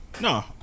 No